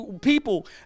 people